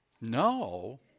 No